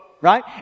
right